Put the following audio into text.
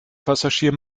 passagier